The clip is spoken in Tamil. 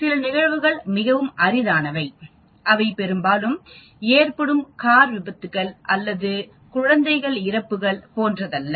சில நிகழ்வுகள் மிகவும் அரிதானவை அவை பெரும்பாலும் ஏற்படும் கார் விபத்துக்கள் அல்லது குழந்தை இறப்புகள் போன்றதல்ல